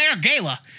Gala